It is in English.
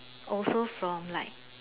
also from like